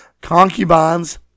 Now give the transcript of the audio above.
Concubines